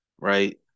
right